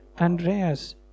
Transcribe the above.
Andreas